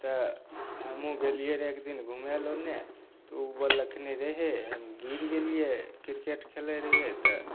तऽ हमहूँ गेलिए रहै एकदिन घुमैले ओन्ने तऽ ओ बोललखिन रे हे हम गिर गेलिए किरकेट खेलै रहिए तऽ